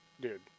Dude